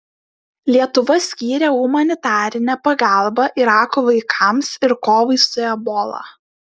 lietuva skyrė humanitarinę pagalbą irako vaikams ir kovai su ebola